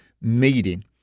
meeting